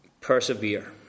Persevere